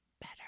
better